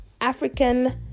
African